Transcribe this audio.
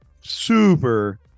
super